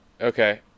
Okay